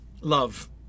Love